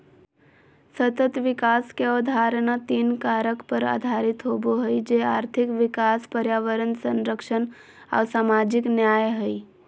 सतत विकास के अवधारणा तीन कारक पर आधारित होबो हइ, जे आर्थिक विकास, पर्यावरण संरक्षण आऊ सामाजिक न्याय हइ